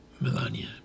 Melania